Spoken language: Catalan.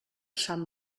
sant